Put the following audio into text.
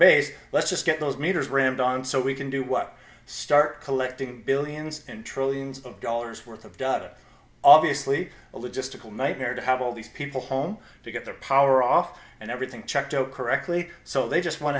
base let's just get those meters rammed on so we can do what start collecting billions and trillions of dollars worth of data obviously a logistical nightmare to have all these people home to get their power off and everything checked out correctly so they just want